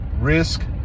risk